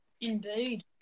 Indeed